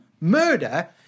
murder